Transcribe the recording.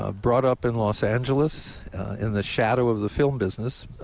ah brought up in los angeles in the shadow of the film business.